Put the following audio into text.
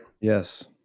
Yes